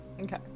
Okay